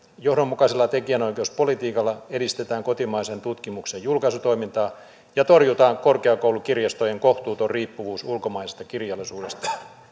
johdonmukaisella tekijänoikeuspolitiikalla edistetään kotimaisen tutkimuksen julkaisutoimintaa ja torjutaan korkeakoulukirjastojen kohtuuton riippuvuus ulkomaisesta kirjallisuudesta